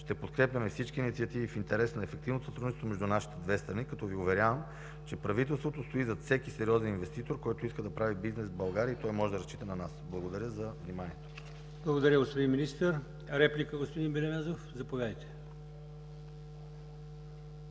Ще подкрепяме всички инициативи в интерес на ефективното сътрудничество между нашите две страни, като Ви уверявам, че правителството стои зад всеки сериозен инвеститор, който иска да прави бизнес в България и той може да разчита на нас. Благодаря за вниманието. ПРЕДСЕДАТЕЛ АЛИОСМАН ИМАМОВ: Благодаря, господин Министър. Реплика, господин Белемезов? Заповядайте.